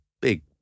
big